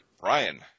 Brian